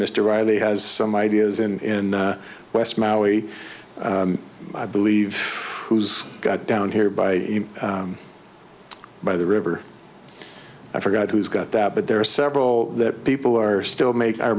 mr riley has some ideas in west maui i believe who's got down here by by the river i forgot who's got that but there are several that people are still make are